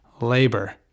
labor